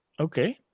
Okay